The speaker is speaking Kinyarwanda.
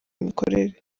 mikorere